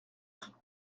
toute